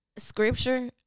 scripture